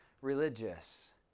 religious